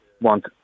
want